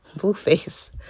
Blueface